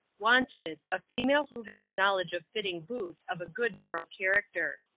wanted, a female who has a knowledge of fitting boots of a good moral character.